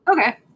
Okay